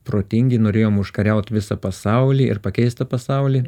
protingi norėjom užkariaut visą pasaulį ir pakeist tą pasaulį